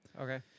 Okay